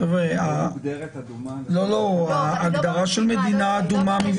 הגדרה של מדינה אדומה,